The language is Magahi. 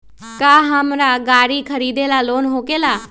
का हमरा गारी खरीदेला लोन होकेला?